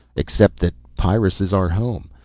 except that pyrrus is our home.